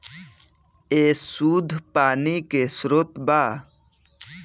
ए शुद्ध पानी के स्रोत बा